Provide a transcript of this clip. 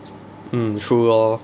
mm true lor